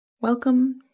Welcome